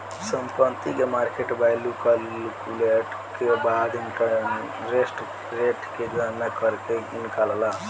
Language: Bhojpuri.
संपत्ति के मार्केट वैल्यू कैलकुलेट के बाद इंटरेस्ट रेट के गणना करके निकालाला